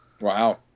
Wow